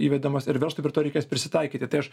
įvedamas ir verslui prie to reikės prisitaikyti tai aš